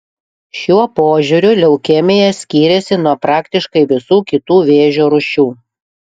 šiuo požiūriu leukemija skyrėsi nuo praktiškai visų kitų vėžio rūšių